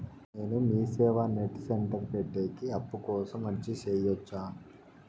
నేను MeeSeva net centre పెట్టేకి అప్పు కోసం అర్జీ సేయొచ్చా?